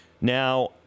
Now